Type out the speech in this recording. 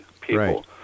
people